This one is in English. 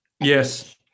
Yes